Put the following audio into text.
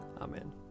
Amen